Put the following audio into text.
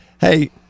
Hey